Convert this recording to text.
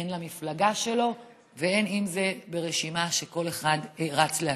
הן למפלגה שלו והן אם זה ברשימה שכל אחד רץ לעצמו.